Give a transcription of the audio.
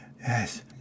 Yes